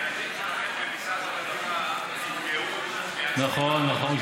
הילדים שלכם במשרד הרווחה נפגעו, נכון, נכון.